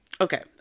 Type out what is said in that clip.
okay